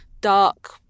dark